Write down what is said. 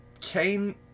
Cain